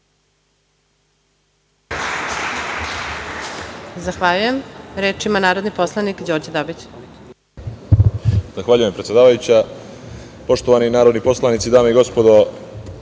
Zahvaljujem. Reč ima narodni poslanik Đorđe Dabić. **Đorđe Dabić** Zahvaljujem, predsedavajuća. Poštovani narodni poslanici, dame i gospodo,